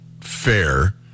fair